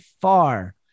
far